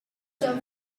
soils